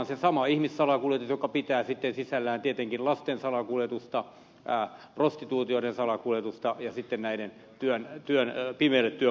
se sama ihmissalakuljetus joka pitää sisällään tietenkin lasten salakuljetusta prostituoitujen salakuljetusta ja sitten näille pimeille työmarkkinoille pyrkivien ihmisten salakuljettamista